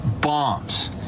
bombs